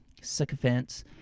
sycophants